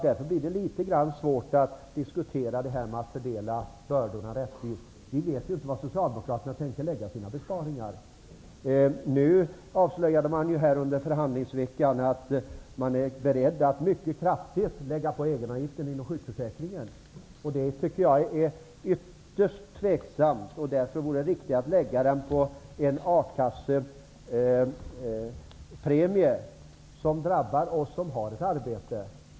Då blir det litet svårt att diskutera frågan om att fördela bördorna rättvist. Vi vet ju inte var Socialdemokraterna tänker lägga sina besparingar. Nu avslöjade Socialdemokraterna under förhandlingsveckan att de är beredda att lägga på en kraftig egenavgift inom sjukförsäkringen. Jag tycker att det är ytterst tvivelaktigt. Det vore riktigare att lägga den avgiften på en a-kassepremie som drabbar oss som har ett arbete.